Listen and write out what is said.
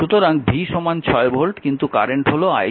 সুতরাং V 6 volt কিন্তু current হল I 4 অ্যাম্পিয়ার